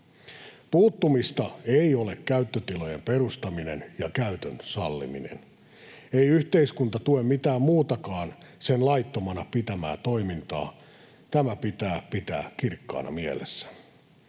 Puuttumista ei ole käyttötilojen perustaminen ja käytön salliminen. Ei yhteiskunta tue mitään muutakaan sen laittomana pitämää toimintaa. Tämä pitää pitää kirkkaana mielessä.